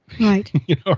Right